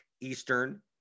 Eastern